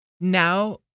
now